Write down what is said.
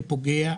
זה פוגע,